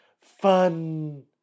fun